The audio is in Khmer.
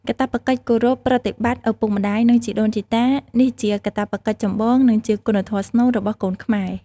កាតព្វកិច្ចគោរពប្រតិបត្តិឪពុកម្ដាយ និងជីដូនជីតា នេះជា កាតព្វកិច្ចចម្បង និងជាគុណធម៌ស្នូល របស់កូនខ្មែរ។